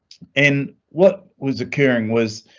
in what was occuring was.